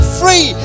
free